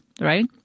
right